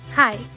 Hi